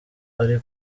ari